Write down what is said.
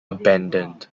abandoned